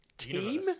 Team